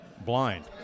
blind